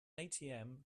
atm